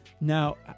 Now